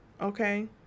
Okay